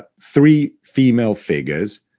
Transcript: but three female figures,